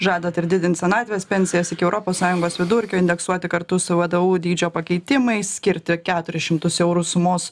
žadat ir didint senatvės pensijas iki europos sąjungos vidurkio indeksuoti kartu su vdu dydžio pakeitimais skirti keturis šimtus eurų sumos